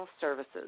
services